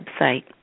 website